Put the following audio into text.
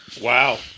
Wow